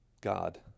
God